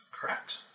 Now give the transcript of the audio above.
Correct